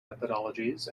methodologies